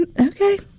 Okay